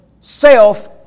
self